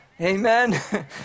Amen